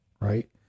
Right